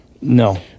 No